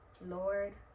Lord